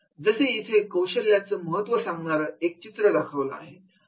जसे इथे कौशल्याचं महत्त्व सांगणार एक चित्र दाखवलं आहे